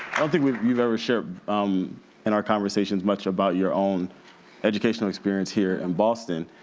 i don't think we've we've ever shared um in our conversations much about your own educational experience here in boston,